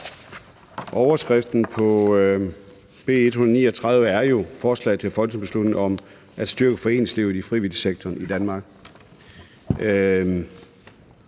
det. Titlen på B 139 er jo forslag til folketingsbeslutning om at styrke foreningslivet og frivilligsektoren i Danmark,